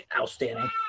outstanding